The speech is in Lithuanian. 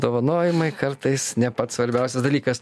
dovanojimai kartais ne pats svarbiausias dalykas